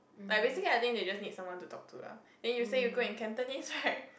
like basically I think they just need someone to talk to lah then you say you good in Cantonese right